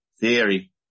theory